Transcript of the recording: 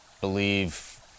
believe